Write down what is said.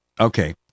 okay